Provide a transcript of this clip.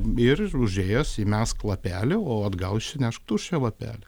ir užėjęs įmesk lapelį o atgal išnešk tuščią lapelį